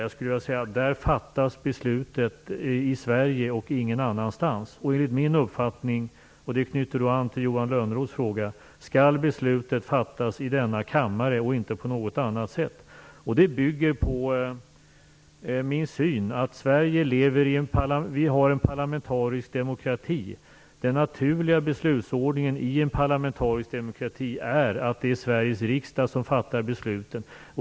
Beslut fattas i Sverige, ingen annanstans. Enligt min uppfattning - här knyter jag an till Johan Lönnroths fråga - skall beslutet fattas i denna kammare och inte någon annanstans. Min syn bygger på att vi i Sverige har en parlamentarisk demokrati. Den naturliga beslutsordningen i en parlamentarisk demokrati är att det är Sveriges riksdag som fattar besluten.